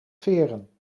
veren